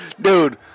Dude